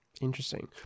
Interesting